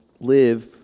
live